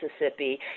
Mississippi